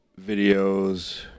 videos